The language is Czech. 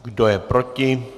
Kdo je proti?